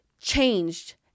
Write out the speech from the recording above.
changed